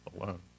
alone